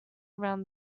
around